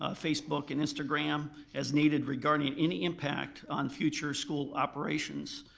ah facebook and instagram as needed regarding any impact on future school operations.